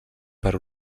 per